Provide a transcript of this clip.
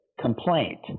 complaint